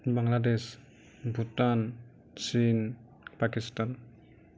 Bangladesh Bhutan China Pakistan